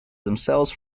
themselves